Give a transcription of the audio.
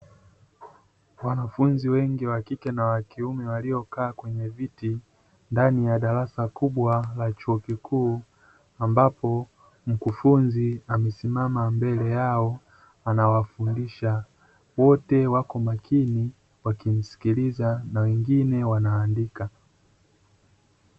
Wanafunzi wengi wa kike na wa kiume, waliokaa kwenye viti ndani ya darasa kubwa la chuo kikuu, ambapo mkufunzi amesimama mbele yao anawafundisha, wote wako makini wakimsikiliza na wengine wanaandika.